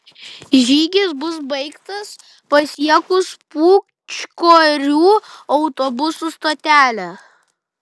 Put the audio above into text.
žygis bus baigtas pasiekus pūčkorių autobusų stotelę